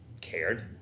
cared